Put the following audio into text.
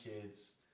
kids